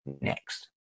next